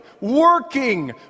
working